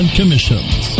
commissions